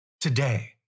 today